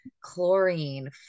chlorine